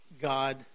God